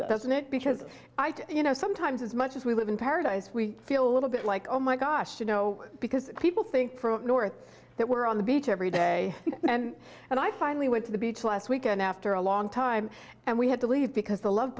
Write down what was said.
doesn't it because i thought you know sometimes as much as we live in paradise we feel a little bit like oh my gosh you know because people think north that we're on the beach every day and and i finally went to the beach last weekend after a long time and we had to leave because the love